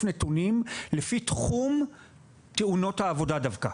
נתונים לפי תחום תאונות העבודה דווקא.